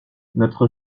notre